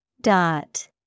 Dot